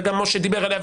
וגם משה דיברו עליה,